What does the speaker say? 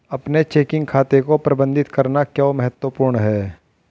अपने चेकिंग खाते को प्रबंधित करना क्यों महत्वपूर्ण है?